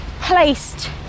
placed